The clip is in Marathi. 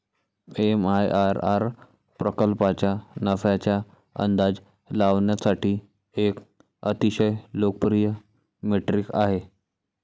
एम.आय.आर.आर प्रकल्पाच्या नफ्याचा अंदाज लावण्यासाठी एक अतिशय लोकप्रिय मेट्रिक आहे